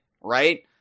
Right